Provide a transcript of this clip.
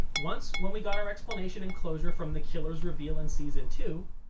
once when we got our explanation and closure from the killer's reveal in season two,